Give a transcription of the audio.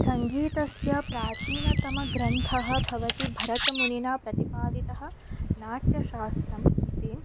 सङ्गीतस्य प्राचीनतमग्रन्थः भवति भरतमुनिना प्रतिपादितः नाट्यशास्त्रम् इति